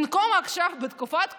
במקום שעכשיו, בתקופת הקורונה,